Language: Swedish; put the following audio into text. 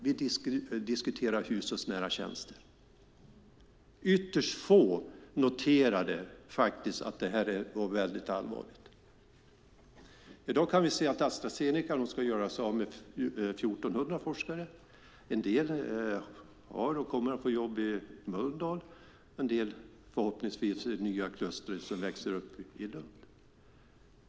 Vi diskuterade i stället hushållsnära tjänster. Ytterst få noterade att det här var väldigt allvarligt. I dag kan vi se att Astra Zeneca ska göra sig av med 1 400 forskare. En del kommer att få jobb i Mölndal, en del förhoppningsvis i det nya kluster som växer upp i Lund.